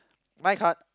my card